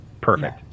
perfect